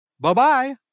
Bye-bye